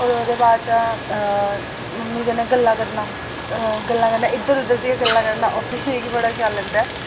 होर ओह्दे बाच मम्मी कन्नै गल्लां करना गल्लां करना इद्धर उद्धर दियां गल्लां करना ओह् बी मिगी बड़ा शैल लगदा ऐ